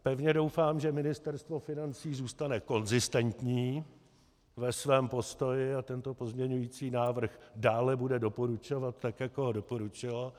Pevně doufám, že Ministerstvo financí zůstane konzistentní ve svém postoji a tento pozměňující návrh bude dále doporučovat, tak jako ho doporučilo.